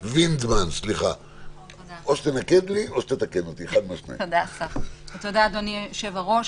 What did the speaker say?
תודה, אדוני יושב-הראש.